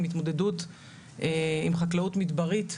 עם התמודדות עם חקלאות מדברית,